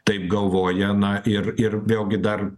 taip galvoja na ir ir vėlgi dar